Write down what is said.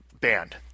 banned